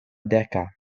deka